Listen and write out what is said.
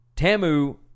Tamu